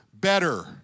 better